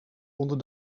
onder